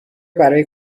برای